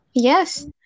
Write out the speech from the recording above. Yes